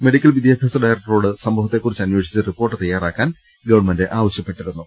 medical വിദ്യാഭ്യാസ ഡയറക്ടറോട് സംഭവത്തെകുറിച്ച് അന്വേഷിച്ച് റിപ്പോർട്ട് തയ്യാറാക്കാൻ ഗവൺമെന്റ് ആവശ്യപ്പെട്ടിരുന്നു